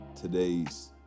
today's